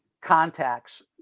contacts